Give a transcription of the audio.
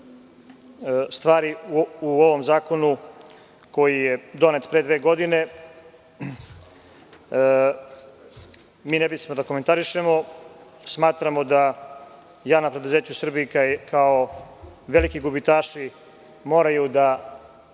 stvari u ovom zakonu koji je donet pre dve godine, ne bismo da komentarišemo. Smatramo da javna preduzeća u Srbiji, kao veliki gubitaši, moraju da